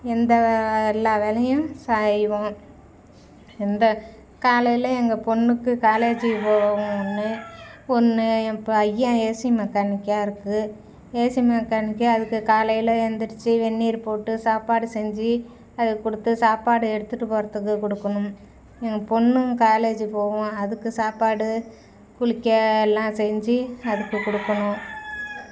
எந்த வ எல்லா வேலையும் செய்வோம் எந்த காலையில் எங்க பெண்ணுக்கு காலேஜி போகணும் ஒன்று பெண்ணு என் பையன் ஏசி மெக்கானிக்காக இருக்குது ஏசி மெக்கானிக்கு அதுக்கு காலையில் எந்துருச்சி வெந்நீர் போட்டு சாப்பாடு செஞ்சு அதுக்கு கொடுத்து சாப்பாடு எடுத்துட்டு போகிறத்துக்கு கொடுக்குணும் எங்க பெண்ணும் காலேஜு போகணும் அதுக்கு சாப்பாடு குளிக்க எல்லாம் செஞ்சு அதுக்கு கொடுக்கணும்